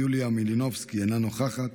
תמנו, אינה נוכחת,